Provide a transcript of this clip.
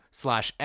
slash